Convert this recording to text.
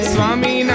Swami